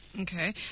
Okay